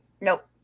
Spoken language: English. nope